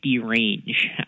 range